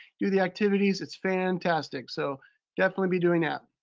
do the activities, it's fantastic. so definitely be doing that.